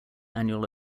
annual